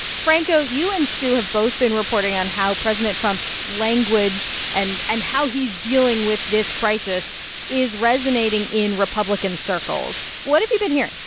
franco, you and sue have both been reporting on how president trump's language and and how he's dealing with this crisis is resonating in republican circles. what have you been hearing?